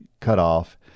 cutoff